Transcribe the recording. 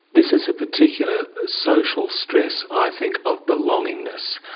this is a particular social stress. i think of belongingness,